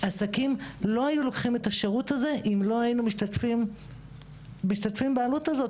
עסקים לא היו לוקחים את השירות הזה אם לא היינו משתתפים בעלות הזו.